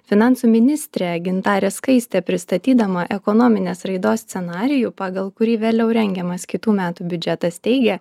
finansų ministrė gintarė skaistė pristatydama ekonominės raidos scenarijų pagal kurį vėliau rengiamas kitų metų biudžetas teigė